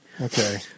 Okay